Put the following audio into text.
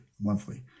monthly